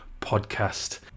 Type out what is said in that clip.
podcast